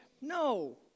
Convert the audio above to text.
no